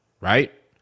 right